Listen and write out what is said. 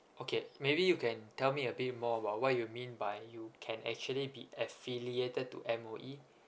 okay maybe you can tell me a bit more about what you mean by you can actually be affiliated to M_O_E